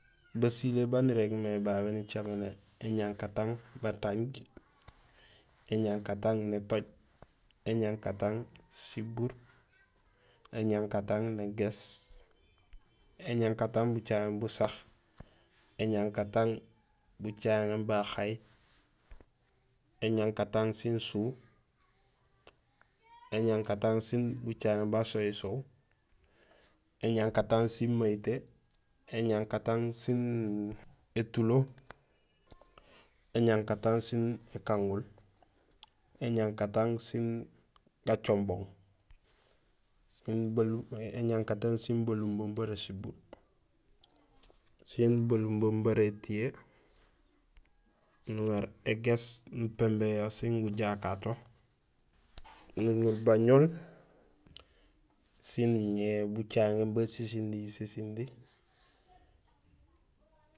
Basilé baan irégmé babé nicaméné éñankatang batanj éñankatang nétooj éñankatang sibuur éñankatang négéés éñankatang bucaŋéén busa éñankatang bucéŋéén bahay éñankatang sin suu éñankatang sin bucaŋéén ba suwisoow éñankatang sin mayitee éñankatang sin étulo éñankatang sin ékangul éñankatang sin gacombong éñankatang sin balumbung bara sibuur siin balumbung bara étiyee nuŋaar égéés nupimbéén yo sin gujakato nuñul bañul sin ñé bucaŋéén basisindi sisindi.